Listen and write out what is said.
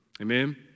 Amen